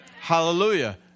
hallelujah